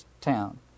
town